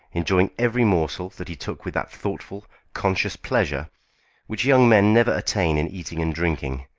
enjoying every morsel that he took with that thoughtful, conscious pleasure which young men never attain in eating and drinking,